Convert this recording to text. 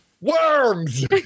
worms